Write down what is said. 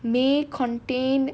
may contain